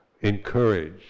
encourage